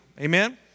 Amen